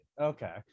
okay